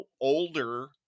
older